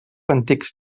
antics